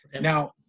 Now